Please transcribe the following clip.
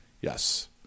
Yes